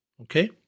Okay